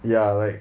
ya like